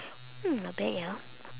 hmm not bad ya